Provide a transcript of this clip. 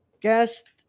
guest